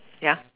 yeah